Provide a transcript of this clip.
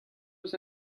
eus